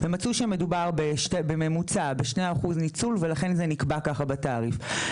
ומצאו שמדובר בממוצע של 2% ניצול ולכן זה נקבע ככה בתאריך.